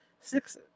six